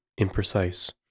imprecise